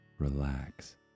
relax